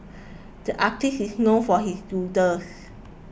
the artist is known for his doodles